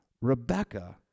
Rebecca